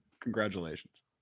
Congratulations